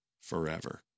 forever